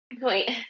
Wait